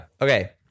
okay